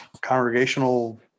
congregational